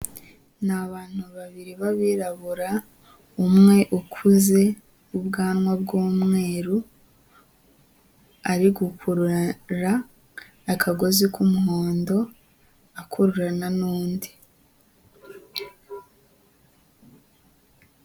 Ni abantu babiri b'abirabura, umwe ukuze w'ubwanwa bw'umweru, ari gukurura akagozi k'umuhondo akururana n'undi.